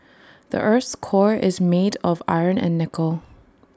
the Earth's core is made of iron and nickel